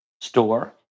Store